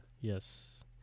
Yes